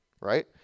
right